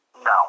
no